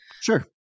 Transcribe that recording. Sure